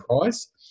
Price